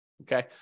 Okay